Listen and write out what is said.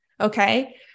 okay